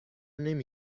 نمی